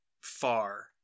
far